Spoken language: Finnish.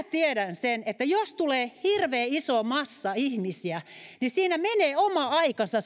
tiedän että jos tulee hirveän iso massa ihmisiä niin siinä rekisteröinnissä menee oma aikansa